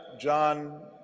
John